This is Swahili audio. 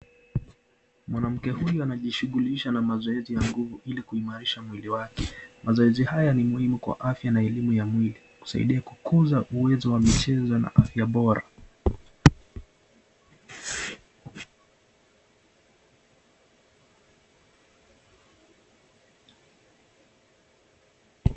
Mwanamke huyu anajishughulisha na mazoezi ya nguvu ili kuimarisha mwili wake, mazoezi haya ni muhimu kwa afya na elimu ya mwili, husaidia katika kukua michezo na afya bora,